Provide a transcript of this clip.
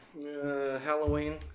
Halloween